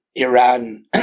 Iran